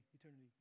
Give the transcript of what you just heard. eternity